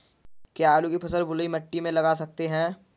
क्या आलू की फसल बलुई मिट्टी में लगा सकते हैं?